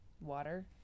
water